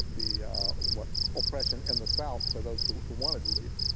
the what oppression in the south for those who who wanted to leave.